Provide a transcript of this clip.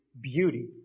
beauty